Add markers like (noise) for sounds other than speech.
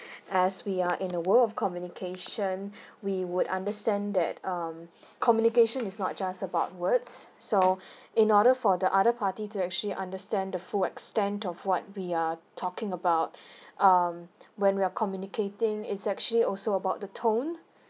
as we are in a world of communication (breath) we would understand that um communication is not just about words so in order for the other party to actually understand the full extent of what we are talking about (breath) um when we are communicating it's actually also about the tone